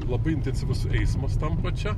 labai intensyvus eismas tampa čia